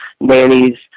nannies